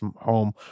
home